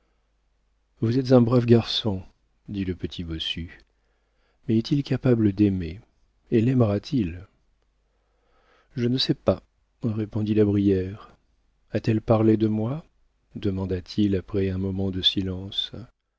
vous êtes un brave garçon dit le petit bossu mais est-il capable d'aimer et laimera t il je ne sais pas répondit la brière a-t-elle parlé de moi demanda-t-il après un moment de silence